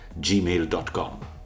gmail.com